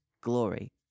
glory